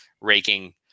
raking